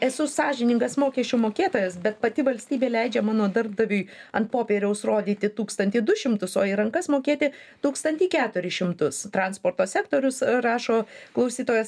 esu sąžiningas mokesčių mokėtojas bet pati valstybė leidžia mano darbdaviui ant popieriaus rodyti tūkstantį du šimtus o į rankas mokėti tūkstantį keturis šimtus transporto sektorius rašo klausytojas